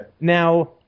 Now